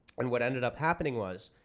and what ended up happening was